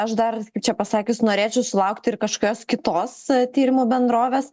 aš dar kaip čia pasakius norėčiau sulaukti ir kažkokios kitos tyrimų bendrovės